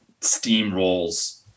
steamrolls